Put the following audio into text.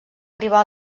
arribà